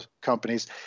companies